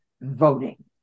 voting